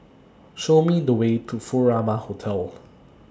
Show Me The Way to Furama Hotel